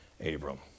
Abram